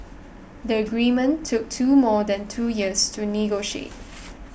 the agreement took two more than two years to negotiate